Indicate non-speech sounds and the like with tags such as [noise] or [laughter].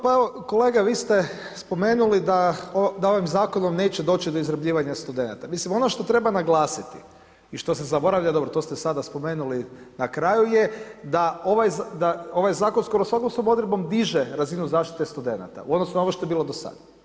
Pa evo kolega, vi ste spomenuli da ovim zakonom neće doći do izrabljivanja studenata, mislim ono što treba naglasiti i što se zaboravlja, dobro, to ste sada spomenuli na kraju je, da ovaj zakon skoro ... [unintelligible] odredbom diže razinu zaštite studenata u odnosu na ono što je bilo dosada.